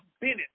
Bennett